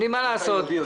למחרת.